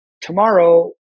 tomorrow